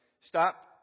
Stop